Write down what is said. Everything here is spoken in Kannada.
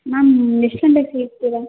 ಮ್ಯಾಮ್ ಎಷ್ಟು ಗಂಟೆಗೆ ಫ್ರೀ ಇರ್ತೀರ